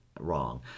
wrong